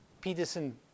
Peterson